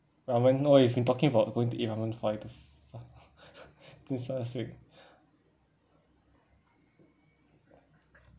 ramen no we've been talking about going to eat ramen for like fo~ since last week